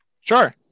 Sure